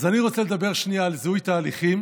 אז אני רוצה לדבר שנייה על זיהוי תהליכים